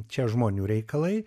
čia žmonių reikalai